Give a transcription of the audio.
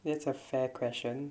that's a fair question